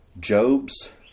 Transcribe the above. Job's